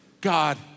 God